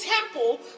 temple